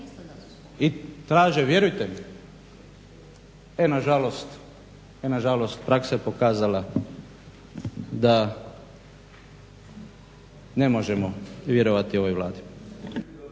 tako je on govorio. E nažalost praksa je pokazala da ne možemo vjerovati ovoj Vladi.